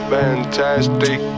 fantastic